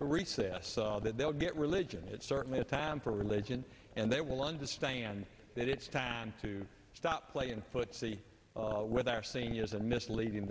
recess that they'll get religion it's certainly a time for religion and they will understand that it's to stop playing footsie with our seniors and misleading